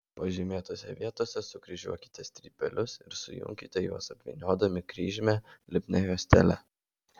pažymėtose vietose sukryžiuokite strypelius ir sujunkite juos apvyniodami kryžmę lipnia juostele